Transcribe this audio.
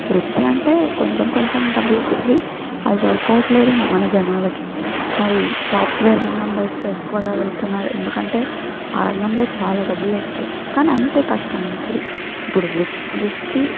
వృత్తి అంటే కొంచెం కొంచెం డబ్బులు వస్తాయి అది సరిపోవటం లేదేమో మన జనాలకి మరి సాఫ్ట్వేర్ రంగం వైపు ఎక్కువగా వెళ్తున్నారు ఎందుకంటే ఆ రంగంలో చాలా డబ్బులు వస్తాయి కానీ అంతే కష్టం ఉంటుంది ఇప్పుడు వృత్ వృత్తి